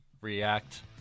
react